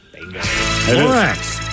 Lorax